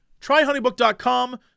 Tryhoneybook.com